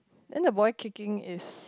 then the boy kicking is